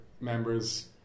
members